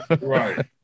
Right